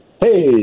Hey